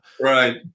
right